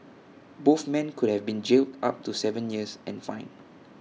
both men could have been jail up to Seven years and fine